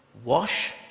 wash